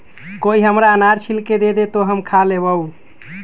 कोई हमरा अनार छील के दे दे, तो हम खा लेबऊ